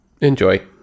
Enjoy